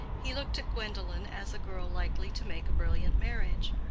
he looked at gwendolen as a girl likely to make a brilliant marriage.